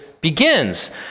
begins